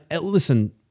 listen